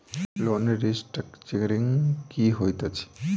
Loan restructuring की होइत अछि?